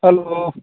hello